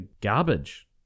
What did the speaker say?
garbage